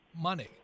money